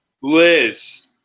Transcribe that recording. Liz